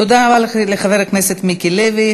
תודה רבה לחבר הכנסת מיקי לוי.